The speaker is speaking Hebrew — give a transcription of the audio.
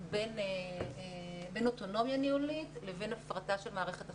בין אוטונומיה ניהולית לבין הפרטה של מערכת החינוך.